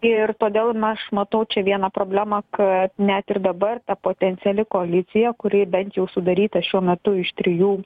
ir todėl na aš matau čia vieną problemą kad net ir dabar ta potenciali koalicija kuri bent jau sudaryta šiuo metu iš trijų